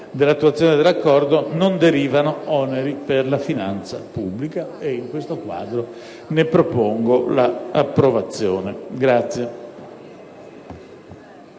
Dall'attuazione dell'Accordo non derivano oneri per la finanza pubblica. In questo quadro, propongo l'approvazione del